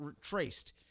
traced